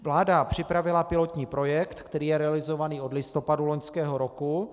Vláda připravila pilotní projekt, který je realizován od listopadu loňského roku.